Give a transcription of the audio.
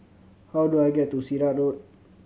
how do I get to Sirat Road